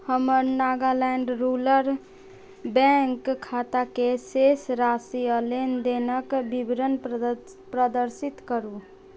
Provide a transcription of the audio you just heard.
हमर Nagaland rural bank खाताके शेष राशि आ लेन देनके विवरण प्रदर्शित करु